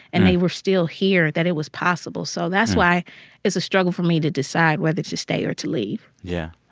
and they were still here that it was possible. so that's why it's a struggle for me to decide whether to stay or to leave yeah.